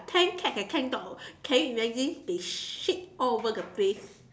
ten cats and ten dogs can you imagine they shit all over the place